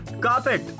Carpet